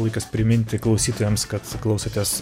laikas priminti klausytojams kad klausotės